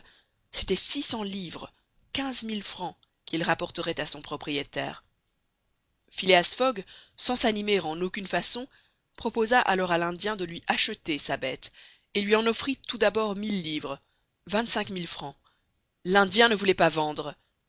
c'était six cents livres qu'il rapporterait à son propriétaire phileas fogg sans s'animer en aucune façon proposa alors à l'indien de lui acheter sa bête et lui en offrit tout d'abord mille livres l'indien ne voulait pas vendre